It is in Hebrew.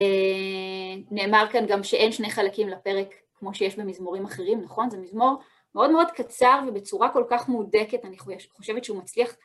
נאמר כאן גם שאין שני חלקים לפרק, כמו שיש במזמורים אחרים, נכון? זה מזמור מאוד מאוד קצר ובצורה כל כך מהודקת, אני חושבת שהוא מצליח.